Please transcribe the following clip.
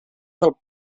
del